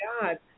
God